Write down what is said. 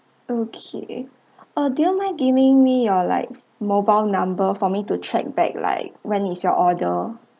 okay uh do you mind giving me your like mobile number for me to check back like when is your order